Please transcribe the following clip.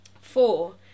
Four